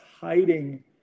hiding